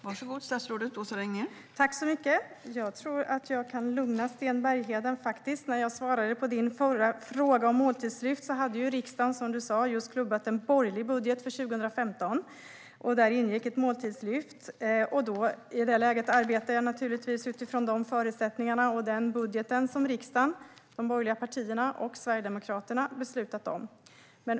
Fru ålderspresident! Jag tror att jag kan lugna Sten Bergheden. När jag svarade på hans förra fråga om måltidslyft hade riksdagen, som han sa, just klubbat en borgerlig budget för 2015. Där ingick ett måltidslyft. I det läget arbetade jag naturligtvis utifrån de förutsättningar och den budget som riksdagen - de borgerliga partierna och Sverigedemokraterna - beslutat om.